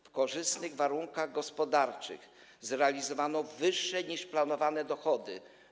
W korzystnych warunkach gospodarczych zrealizowano wyższe, niż planowano, dochody.